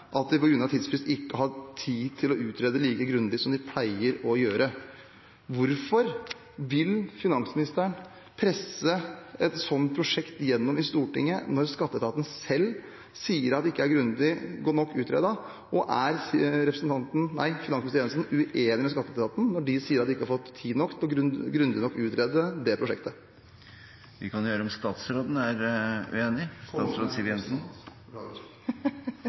de på grunn av tidsfrist ikke har hatt tid til å utrede like grundig som de pleier å gjøre. Hvorfor vil finansministeren presse et slikt prosjekt igjennom i Stortinget når skatteetaten selv sier at det ikke er grundig nok utredet? Og er representanten – nei finansminister Siv Jensen – uenig med skatteetaten når de sier at de ikke har fått tid nok til grundig nok å utrede det prosjektet? Vi kan høre om statsråden er uenig.